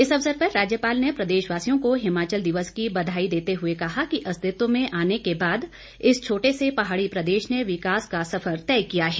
इस अवसर पर राज्यपाल ने प्रदेशवासियों को हिमाचल दिवस की बधाई देते हुए कहा कि अस्तित्व में आने के बाद इस छोटे से पहाड़ी प्रदेश ने विकास का सफर तय किया है